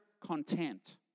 content